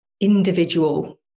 individual